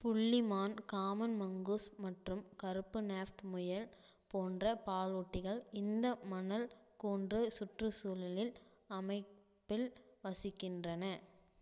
புள்ளி மான் common mongoose மற்றும் கருப்பு நாஃப்ட் முயல் போன்ற பாலூட்டிகள் இந்த மணல் குன்று சுற்று சூழலில் அமைப்பில் வசிக்கின்றன